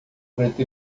preto